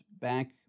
back